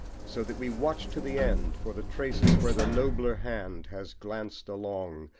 so that we watch to the end for the traces where the nobler hand has glanced along,